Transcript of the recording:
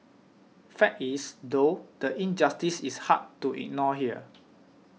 fact is though the injustice is hard to ignore here